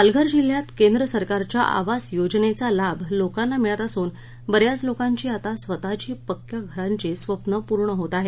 पालघर जिल्ह्यात केंद्र सरकारच्या आवास योजनेचा लाभ लोकांना मिळत असून बऱ्याच लोकांची आता स्वतः ची पक्क्यां घराचं स्वप्न पूर्ण होत आहेत